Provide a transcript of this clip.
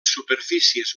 superfícies